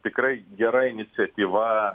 tikrai gera iniciatyva